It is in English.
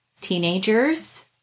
teenagers